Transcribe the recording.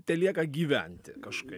telieka gyventi kažkaip